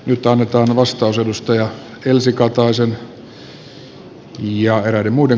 nyt annetaan vastaus elsi kataisen ynnä muuta